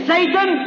Satan